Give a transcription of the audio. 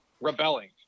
rebelling